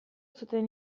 zuten